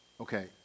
okay